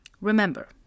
Remember